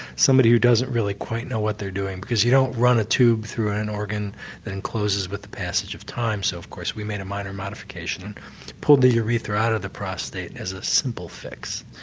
somebody who doesn't really quite know what they are doing because you don't run a tube through an organ that and closes with the passage of time. so of course we made a minor modification and pulled the urethra out of the prostate as a simple fix.